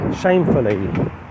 shamefully